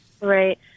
Right